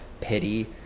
pity